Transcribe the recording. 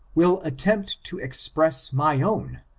will attempt to express my own,